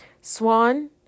Swan